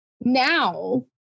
now